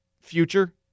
future